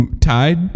tide